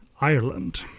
Ireland